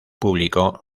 publicó